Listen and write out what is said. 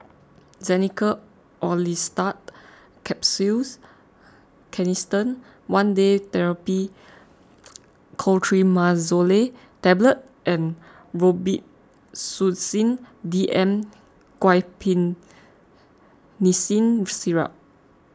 Xenical Orlistat Capsules Canesten one Day therapy Clotrimazole Tablet and Robitussin D M Guaiphenesin Syrup